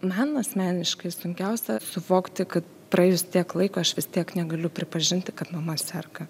man asmeniškai sunkiausia suvokti kad praėjus tiek laiko aš vis tiek negaliu pripažinti kad mama serga